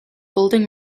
building